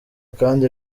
kandi